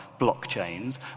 blockchains